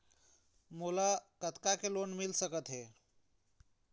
मोला कतका के लोन मिल सकत हे?